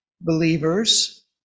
believers